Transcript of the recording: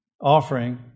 offering